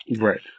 Right